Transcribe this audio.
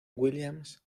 williams